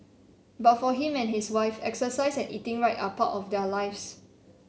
but for him and his wife exercise and eating right are part of their lives